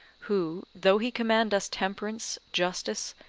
who, though he command us temperance, justice,